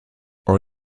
our